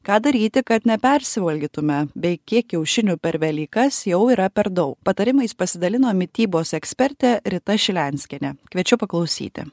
ką daryti kad nepersivalgytume bei kiek kiaušinių per velykas jau yra per daug patarimais pasidalino mitybos ekspertė rita šilenskienė kviečiu paklausyti